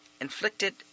inflicted